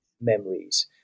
memories